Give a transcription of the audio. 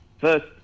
first